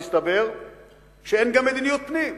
מסתבר שאין גם מדיניות פנים.